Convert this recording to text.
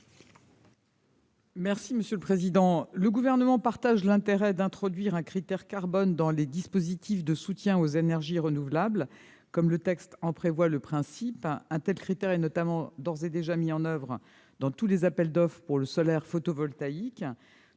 est à Mme la ministre. Le Gouvernement approuve l'idée d'introduire un critère carbone dans les dispositifs de soutien aux énergies renouvelables, comme le texte en prévoit le principe. Un tel critère est notamment mis en oeuvre dans les appels d'offres pour le solaire photovoltaïque.